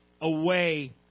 away